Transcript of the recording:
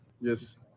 Yes